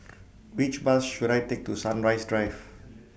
Which Bus should I Take to Sunrise Drive